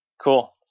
Cool